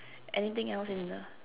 anything else in the